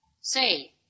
Say